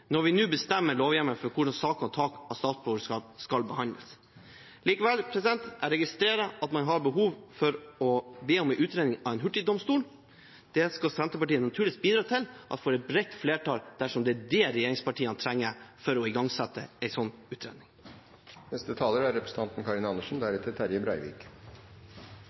når vi nå bestemmer lovhjemmelen for hvordan saker om tap av statsborgerskap skal behandles. Likevel: Jeg registrerer at man har behov for å be om en utredning av en hurtigdomstol. Det skal Senterpartiet naturligvis bidra til at får et bredt flertall, dersom det er det regjeringspartiene trenger for å igangsette